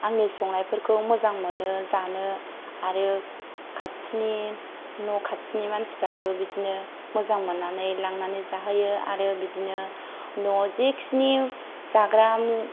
आंनि संनायफोरखौ मोजां मोनो जानो आरो खाथिनि न' खाथिनि मानसिफोराबो बिदिनो मोजां मोननानै लांनानै जाहैयो आरो बिदिनो न'आव जिखिनि जाग्रा मुवा